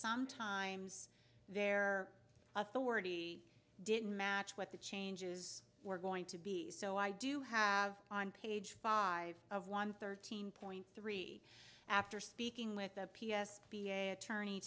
sometimes their authority didn't match what the changes were going to be so i do have on page five of one thirteen point three after speaking with the p s p a attorney